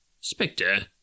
Spectre